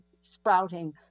sprouting